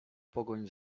pogoń